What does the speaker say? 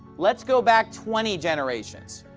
let's go back twenty generations.